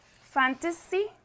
fantasy